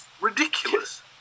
ridiculous